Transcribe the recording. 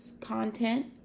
content